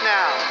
now